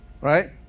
Right